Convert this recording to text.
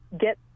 get